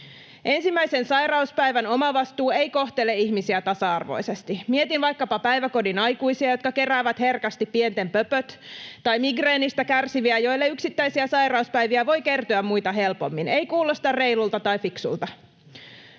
Ensimmäisen sairauspäivän omavastuu ei kohtele ihmisiä tasa-arvoisesti. Mietin vaikkapa päiväkodin aikuisia, jotka keräävät herkästi pienten pöpöt, tai migreenistä kärsiviä, joille yksittäisiä sairauspäiviä voi kertyä muita helpommin. Ei kuulosta reilulta tai fiksulta.